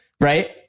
right